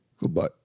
Goodbye